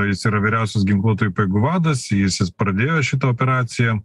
jis yra vyriausias ginkluotųjų pajėgų vadas jis pradėjo šitą operaciją